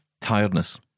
Tiredness